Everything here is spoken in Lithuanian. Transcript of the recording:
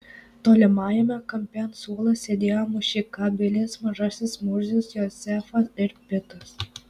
tolimajame kampe ant suolo sėdėjo mušeika bilis mažasis murzius jozefas ir pitas